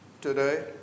today